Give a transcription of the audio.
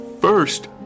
first